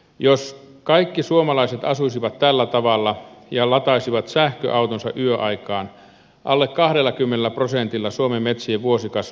jos kaikki suomalaiset asuisivat tällä tavalla ja lataisivat sähköautonsa yöaikaan alle kahdellakymmenellä prosentilla suomen metsien vuosikas